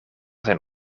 zijn